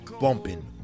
bumping